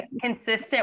consistent